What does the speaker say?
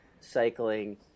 cycling